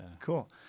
cool